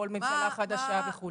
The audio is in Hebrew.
כל ממשלה חדשה וכו'.